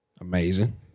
Amazing